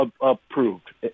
approved